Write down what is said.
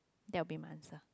that will be my answer